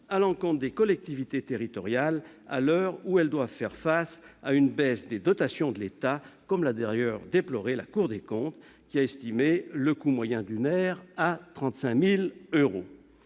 à l'encontre des collectivités territoriales à l'heure où celles-ci doivent faire face à une baisse des dotations de l'État, comme l'a déploré la Cour des comptes, qui a estimé le coût moyen d'une aire d'accueil à 35 000 euros.